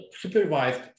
supervised